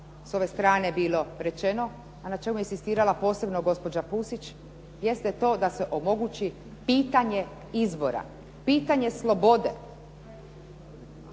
s ove strane bilo rečeno, a na čemu je inzistirala posebno gospođa Pusić, jeste to da se omogući pitanje izbora, pitanje slobode.